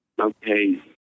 Okay